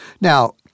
Now